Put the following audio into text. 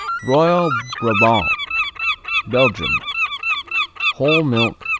royal brabant belgium whole milk.